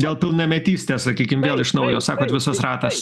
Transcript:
dėl pilnametystės sakykim vėl iš naujo sakot visas ratas